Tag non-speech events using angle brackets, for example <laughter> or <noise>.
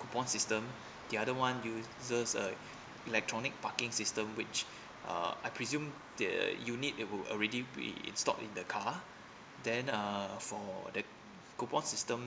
coupon system <breath> the other one uses uh electronic parking system which <breath> uh I presume that you need it would already be installed in the car then uh for the coupon system